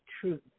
truth